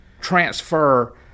transfer